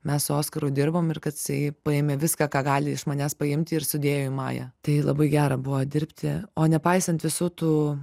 mes su oskaru dirbom ir kad jisai paėmė viską ką gali iš manęs paimti ir sudėjo į mają tai labai gera buvo dirbti o nepaisant visų tų